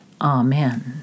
Amen